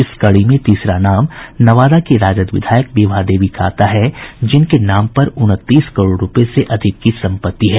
इस कड़ी में तीसरा नाम नवादा की राजद विधायक विभा देवी का आता है जिनके नाम पर उनतीस करोड़ रूपये से अधिक की संपत्ति है